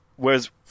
Whereas